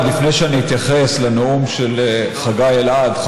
עוד לפני שאני אתייחס לנאום במועצת הביטחון של חגי אלעד,